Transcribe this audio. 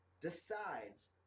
decides